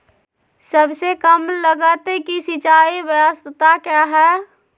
सबसे कम लगत की सिंचाई ब्यास्ता क्या है?